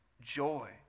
joy